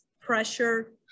pressure